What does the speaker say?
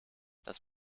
das